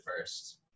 first